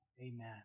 amen